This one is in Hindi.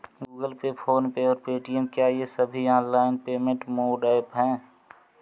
गूगल पे फोन पे और पेटीएम क्या ये सभी ऑनलाइन पेमेंट मोड ऐप हैं?